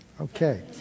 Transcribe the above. Okay